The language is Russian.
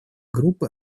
группы